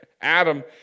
Adam